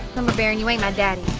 lumber baron, you ain't my daddy.